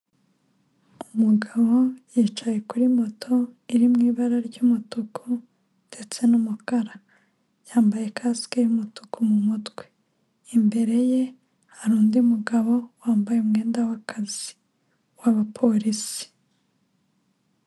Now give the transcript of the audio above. Umugabo yicaye kuri moto iri mu ibara ry'umutuku ndetse n'umukara, yambaye kasike y'umutuku mu mutwe imbere ye, hari undi mugabo wambaye umwenda w'akazi w'abapolisi.